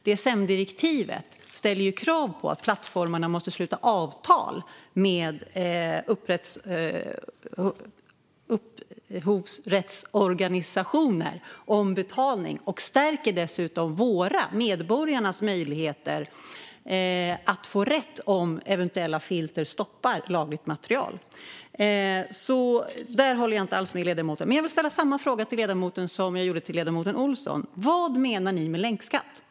DSM-direktivet ställer krav på att plattformarna måste sluta avtal med upphovsrättsorganisationer om betalning och stärker dessutom våra - medborgarnas - möjligheter att få rätt om eventuella filter stoppar lagligt material. Där håller jag alltså inte alls med ledamoten. Men jag vill ställa samma fråga till ledamoten Fransson som jag ställde till ledamoten Olsson. Vad menar ni med länkskatt?